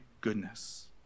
goodness